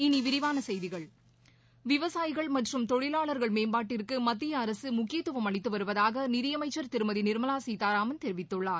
இனி விரிவான செய்திகள் விவசாயிகள் மற்றும் தொழிவாளர்கள் மேம்பாட்டிற்கு மத்திய அரசு முக்கியத்துவம் அளித்து வருவதாக நிதியமைச்சர் திருமதி நிர்மலா சீதாராமன் தெரிவித்துள்ளார்